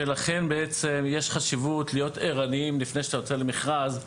לכן בעצם יש חשיבות להיות ערניים לפני שאתה יוצא למכרז,